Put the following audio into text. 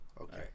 Okay